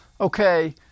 Okay